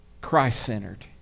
Christ-centered